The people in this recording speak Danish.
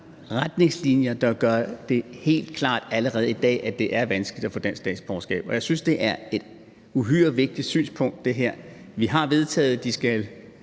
retningslinjer, der gør det helt klart allerede i dag, at det er vanskeligt at få dansk statsborgerskab. Jeg synes, det her er et uhyre vigtigt synspunkt. Vi har vedtaget, at